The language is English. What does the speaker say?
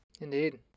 Indeed